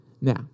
Now